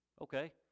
Okay